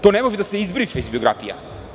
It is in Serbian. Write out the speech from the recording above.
To ne može da se izbriše iz biografija.